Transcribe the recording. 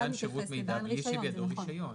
"עסק במתן שירות מידע בלי שבידו רישיון".